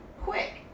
quick